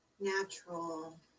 natural